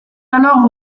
alors